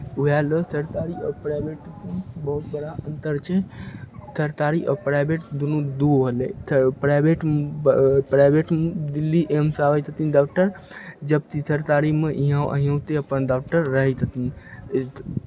उएह लेल सरतारी आओर प्राइवेट बहुत बड़ा अन्तर छै सरतारी आओर प्राइवेट दुनू दू होलै स् प्राइवेट प्राइवेट दिल्ली एम्स आबै छथिन डाक्टर जबति सरतारीमे इएह इहोके अपन डाक्टर रहै थथिन